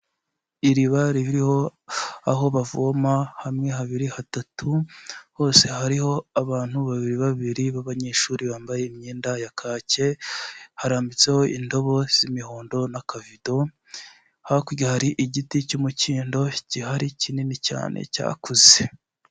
Iri bara ririho aho bavoma hamwe, habiri, hatatu, hose hariho abantu babiri babiri b'abanyeshuri bambaye imyenda ya kake, harambitseho indobo z'imihondo n'kavido, hakurya hari igiti cy'umukindo gihari kinini cyane cyakuze.